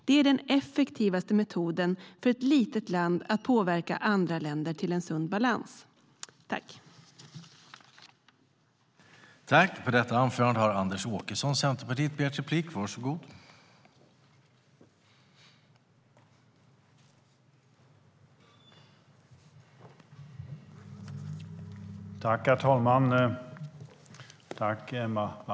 Det är den effektivaste metoden för ett litet land att påverka andra länder till en sund balans.